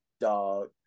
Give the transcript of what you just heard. dog